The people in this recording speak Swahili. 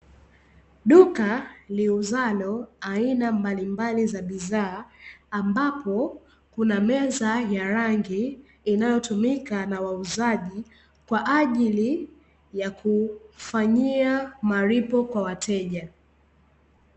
Duka liuzalo aina mabalimbali za bidhaa, ambapo kuna meza ya rangi, inayotumika na wauzaji kwa ajili ya kufanyia malipo kwa wateja.